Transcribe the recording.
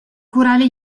curare